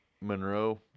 Monroe